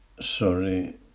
sorry